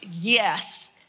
yes